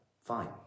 Fine